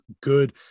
good